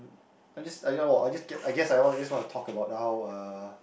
I just well I just get I guess I just just want to talk about how uh